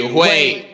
wait